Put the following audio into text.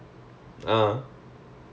my sister ah